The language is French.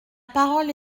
parole